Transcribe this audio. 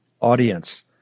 audience